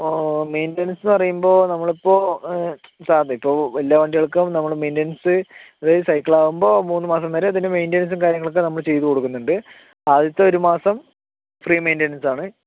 ഓ മെയ്റ്റനൻസ്ന്ന് പറയുമ്പോൾ നമ്മളിപ്പോ സാർനെ ഇപ്പൊൾ എല്ലാ വണ്ടികൾക്കും നമ്മള് മെയ്റ്റനൻസ് അതായത് സൈക്കളാവുമ്പോൾ മൂന്ന് മാസം വരെ ഇതിന് മെയ്റ്റനൻസും കാര്യങ്ങളും ഒക്കെ നമ്മള് ചെയ്തു കൊടുക്കുന്നുണ്ട് ആദ്യത്തെ ഒരു മാസം ഫ്രീ മെയ്റ്റനൻസാണ്